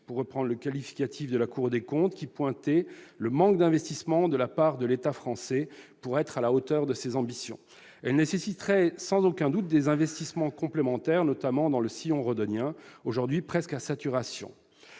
pour reprendre le qualificatif de la Cour des comptes, qui pointait le manque d'investissement de la part de l'État français pour être à la hauteur des ambitions affichées. Elle nécessiterait sans aucun doute des investissements complémentaires, notamment dans le sillon rhodanien, aujourd'hui presque à saturation.